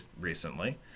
recently